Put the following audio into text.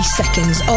seconds